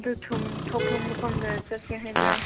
ꯑꯗꯨ ꯊꯨꯝ ꯊꯣꯛꯄ ꯃꯐꯝꯗ ꯆꯠꯁꯦ ꯍꯥꯏꯕ꯭ꯔꯥ